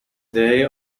they